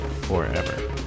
forever